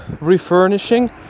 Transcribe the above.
refurnishing